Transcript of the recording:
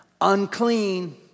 unclean